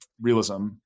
realism